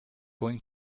going